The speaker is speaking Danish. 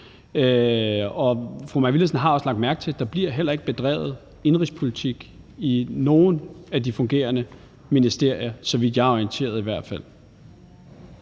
Og fru Mai Villadsen har også lagt mærke til, at der heller ikke bliver bedrevet indenrigspolitik i nogen af de fungerende ministerier – i hvert fald